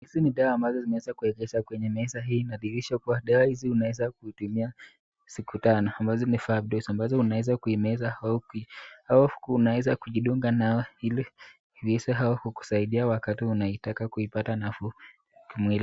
Hizi ni dawa ambazo zimeweza kuegeshwa kwenye meza hii inadhihirisha kuwa dawa hizi unaweza kutumia siku tano ambazo ni five dose ambazo unaweza kuimeza au au unaweza kujidunga nayo ili iweze au kukusaidia wakati unaitaka kuipata nafuu mwilini .